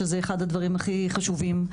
שזה אחד הדברים הכי חשובים,